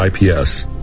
IPS